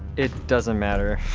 it doesn't matter,